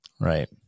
Right